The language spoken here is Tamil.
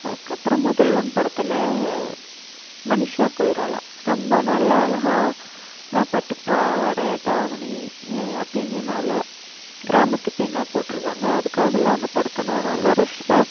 அதுக்கு அப்புறம் முதல்வன் படத்தில் மனிஷா கொய்ராலா ரொம்ப நல்லா அழகாக பட்டுப்பாவாட தாவணி அப்படினு நல்லா கிராமத்து பெண்ணாக போட்டிருவாங்க அதுக்காக எல்லாம் அந்த படத்தை நான் நல்லா ரசிப்பேன்